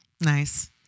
Nice